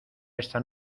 esta